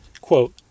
Quote